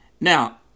Now